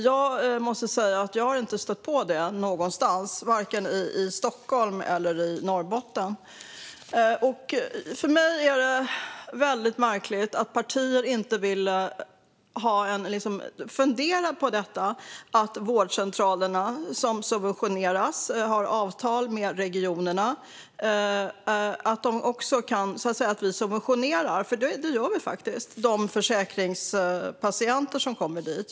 Jag har inte stött på det någonstans, varken i Stockholm eller i Norrbotten. För mig är det väldigt märkligt att partier inte vill fundera på detta med vårdcentralerna som subventioneras och har avtal med regionerna. Vi subventionerar de försäkringspatienter som kommer dit.